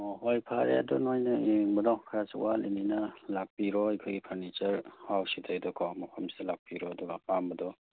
ꯑꯣ ꯍꯣꯏ ꯐꯔꯦ ꯑꯗꯨ ꯅꯣꯏꯅ ꯌꯦꯡꯕꯗꯣ ꯈꯔꯁꯨ ꯋꯥꯠꯂꯤꯃꯤꯅ ꯂꯥꯛꯄꯤꯔꯣ ꯑꯩꯈꯣꯏꯒꯤ ꯐꯔꯅꯤꯆꯔ ꯍꯥꯎꯁꯤꯗꯩꯗꯀꯣ ꯃꯐꯝꯁꯤꯗ ꯂꯥꯛꯄꯤꯔꯣ ꯑꯗꯨꯒ ꯑꯄꯥꯝꯕꯗꯣ